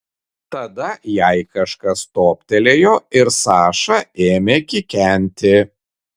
tada jai kažkas toptelėjo ir saša ėmė kikenti